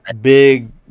big